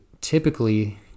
typically